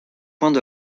points